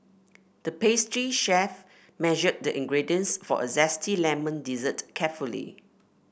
the pastry chef measured the ingredients for a zesty lemon dessert carefully